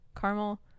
Caramel